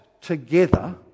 together